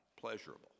pleasurable